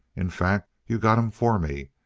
in fact, you got him for me.